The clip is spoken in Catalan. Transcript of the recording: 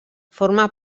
forma